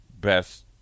best